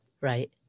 Right